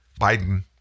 Biden